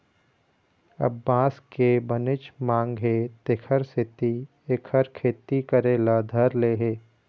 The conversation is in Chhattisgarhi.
अब बांस के बनेच मांग हे तेखर सेती एखर खेती करे ल धर ले हे